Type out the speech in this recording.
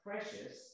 Precious